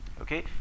Okay